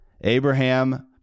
Abraham